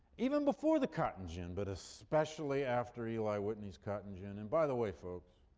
even before the cotton gin but especially after eli whitney's cotton gin and by the way folks,